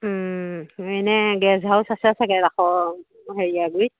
এনেই guest house আছে চাগে ৰাসৰ হেৰিয়া গুৰিত